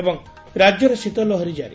ଏବଂ ରାକ୍ୟରେ ଶୀତଲହରୀ କାରି